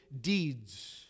deeds